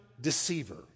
deceiver